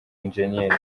eng